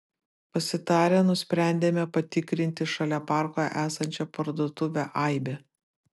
pasitarę nusprendėme patikrinti šalia parko esančią parduotuvę aibė